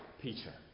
Peter